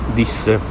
disse